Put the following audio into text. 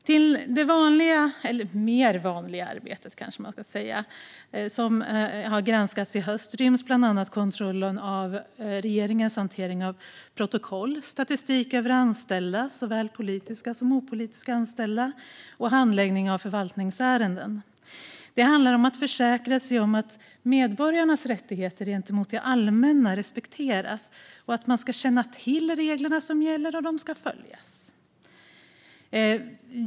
Till det mer vanliga arbetet som har granskats i höst ryms bland annat kontrollen av regeringens hantering av protokoll, statistik över anställda - såväl politiska som opolitiska anställda - och handläggning av förvaltningsärenden. Det handlar om att försäkra sig om att medborgarnas rättigheter gentemot det allmänna respekteras, att känna till gällande regler och att följa dem.